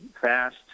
fast